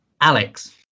Alex